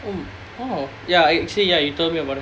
mm oh ya actually ya you told me about it